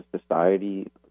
society